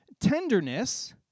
tenderness